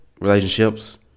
relationships